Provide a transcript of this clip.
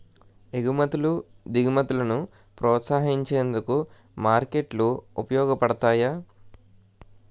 ఎగుమతులు దిగుమతులను ప్రోత్సహించేందుకు మార్కెట్లు ఉపయోగపడతాయి